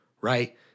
right